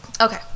Okay